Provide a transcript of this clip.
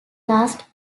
last